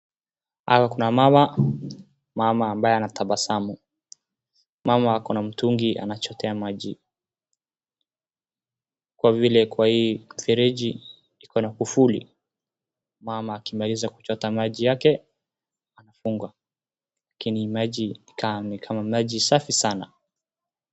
Hapa kuna mama. Mama ambaye anatabasamu. Mama akona mtungi anachotea maji kwa vile kwa hii mfereji ikona kufuli. Mama akimaliza kuchota maji yake anafunga lakini maji inakaa ni kama maji safi sana.